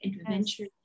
adventure